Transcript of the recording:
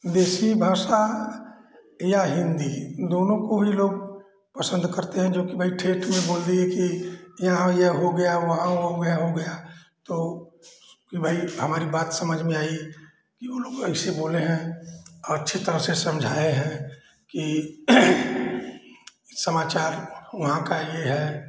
देशी भाषा या हिन्दी दोनों को ही लोग पसन्द करते हैं जोकि भई ठेठ में बोल दिए कि यहाँ यह हो गया वहाँ यह हो गया तो कि भई हमारी बात समझ में आई कि वह लोग ऐसे बोले हैं अच्छी तरह से समझाए हैं कि समाचार वहाँ का ही है